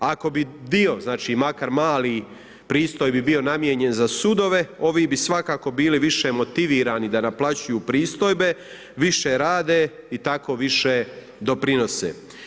Ako bi dio, znači makar mali pristojbi bio namijenjen za sudove, ovi bi svakako bili više motivirani da naplaćuju pristojbe, više rade i tako više doprinose.